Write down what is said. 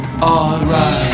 Alright